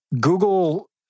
Google